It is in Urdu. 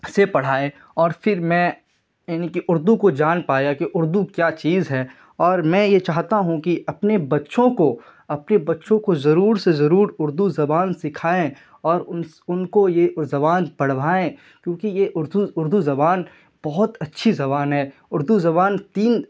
سے پڑھائے اور پھر میں یعنی کہ اردو کو جان پایا کہ اردو کیا چیز ہے اور میں یہ چاہتا ہوں کہ اپنے بچوں کو اپنے بچوں کو ضرور سے ضرور اردو زبان سکھائیں اور ان کو یہ زبان پڑھوائیں کیونکہ یہ اردو اردو زبان بہت اچھی زبان ہے اردو زبان تین